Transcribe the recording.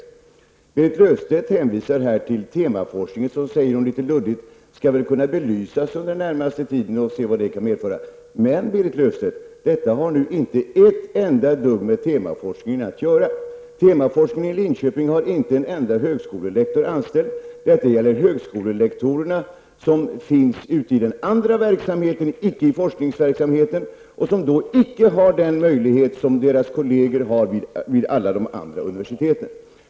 Berit Löfstedt hänvisar till temaforskningen och säger litet luddigt att den väl skall kunna belysas under den närmaste tiden, och vi får se vad det kan medföra. Men, Berit Löfstedt, detta har inte ett enda dugg med temaforskningen att göra. Temaforskningen i Linköping har inte en enda högskolelektor anställd. Min fråga gäller högskolelektorerna som finns ute i den andra verksamheten, icke i forskningsverksamheten, och som inte har den möjlighet som deras kolleger har vid alla de andra universiteten.